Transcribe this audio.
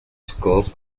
scope